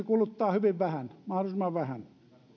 kuluttaa hyvin vähän mahdollisimman vähän